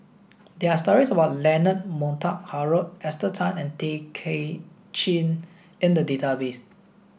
there are stories about Leonard Montague Harrod Esther Tan and Tay Kay Chin in the database